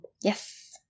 Yes